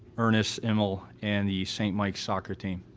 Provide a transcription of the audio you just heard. ernest, emile and the st mike's soccer team,